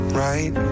right